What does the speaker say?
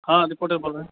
हँ रिपोर्टर बोल रहे हैं